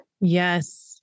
Yes